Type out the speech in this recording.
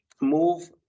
move